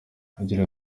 ugira